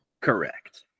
Correct